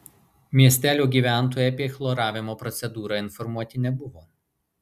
miestelio gyventojai apie chloravimo procedūrą informuoti nebuvo